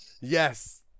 yes